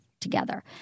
together